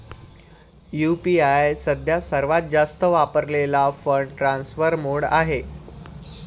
UPI सध्या सर्वात जास्त वापरलेला फंड ट्रान्सफर मोड आहे